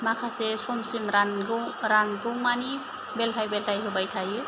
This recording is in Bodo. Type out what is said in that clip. माखासे समसिम रानगौ रानगौमानि बेलथाय बेलथाय होबाय थायो